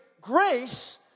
grace